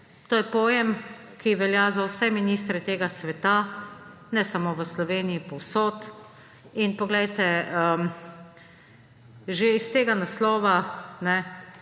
to je pojem, ki velja za vse ministre tega sveta, ne samo v Sloveniji, povsod. Že s tega naslova, saj